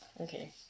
Okay